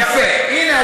יפה.